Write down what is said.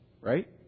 right